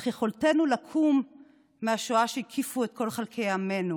אך יכולתנו לקום מהשואה שהקיפה את כל חלקי עמנו